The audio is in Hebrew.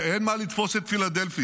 שאין מה לתפוס את ציר פילדלפי,